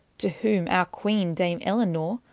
to whom our queene, dame ellinor,